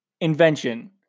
invention